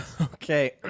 okay